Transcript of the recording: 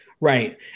Right